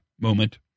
moment